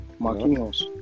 Marquinhos